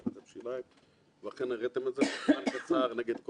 האתגר השני הוא להיתלות על מילות הפרידה שנאמרו לך,